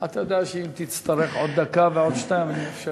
אתה יודע שאם תצטרך עוד דקה ועוד שתיים אני אאפשר לך.